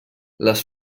les